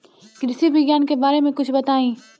कृषि विज्ञान के बारे में कुछ बताई